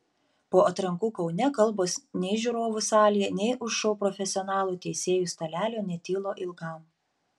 po atrankų kaune kalbos nei žiūrovų salėje nei už šou profesionalų teisėjų stalelio netilo ilgam